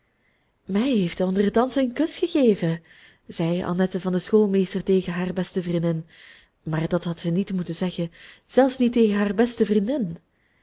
mij heeft hij onder het dansen een kus gegeven zei annette van den schoolmeester tegen haar beste vriendin maar dat had zij niet moeten zeggen zelfs niet tegen haar beste vriendin